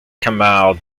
kamal